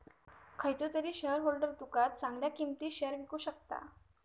खयचो तरी शेयरहोल्डर तुका चांगल्या किंमतीत शेयर विकु शकता